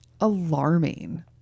alarming